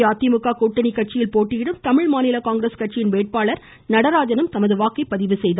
அஇஅதிமுக கூட்டணி கட்சியில் போட்டியிடும் தமிழ் மாநில காங்கிரஸ் கட்சியின் வேட்பாளர் நடராஜனும் தனது வாக்கை பதிவுசெய்தார்